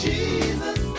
Jesus